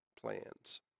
plans